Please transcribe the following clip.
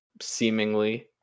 seemingly